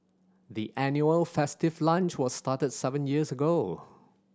the annual festive lunch was started seven years ago